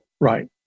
right